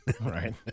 Right